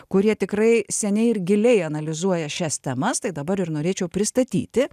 kurie tikrai seniai ir giliai analizuoja šias temas tai dabar ir norėčiau pristatyti